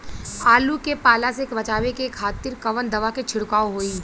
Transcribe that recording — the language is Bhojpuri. आलू के पाला से बचावे के खातिर कवन दवा के छिड़काव होई?